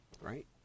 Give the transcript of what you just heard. Right